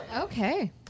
Okay